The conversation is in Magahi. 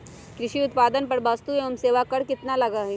कृषि उत्पादन पर वस्तु एवं सेवा कर कितना लगा हई?